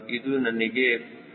ಇದು ನನಗೆ 49